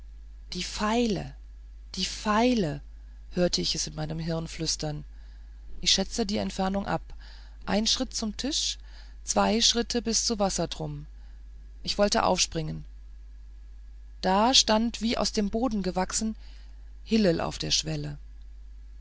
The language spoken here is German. die feile die feile hörte ich es in meinem hirn flüstern ich schätzte die entfernung ab ein schritt bis zum tisch zwei schritte bis zu wassertrum ich wollte zuspringen da stand wie aus dem boden gewachsen hillel auf der schwelle